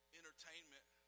entertainment